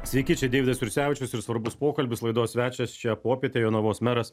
sveiki čia deividas jursevičius ir svarbus pokalbis laidos svečias šią popietę jonavos meras